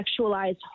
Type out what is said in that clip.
sexualized